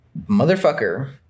motherfucker